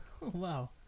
Wow